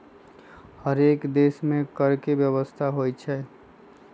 हरेक देश में कर के व्यवस्था होइ छइ